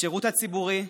בשירות הציבורי,